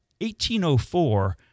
1804